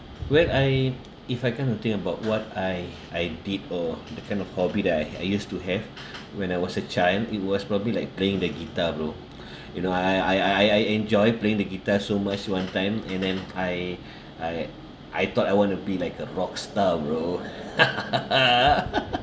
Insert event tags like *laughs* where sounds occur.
when I if I kind of think about what I I did or the kind of hobby that I I used to have when I was a child it was probably like playing the guitar bro *breath* you know I I I I I enjoy playing the guitar so much one time and then I *breath* I I thought I want to be like a rockstar bro *laughs*